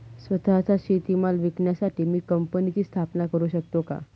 स्वत:चा शेतीमाल विकण्यासाठी मी कंपनीची स्थापना करु शकतो का?